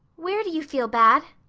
where do you feel bad?